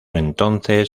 entonces